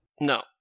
No